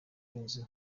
n’inzu